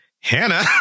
hannah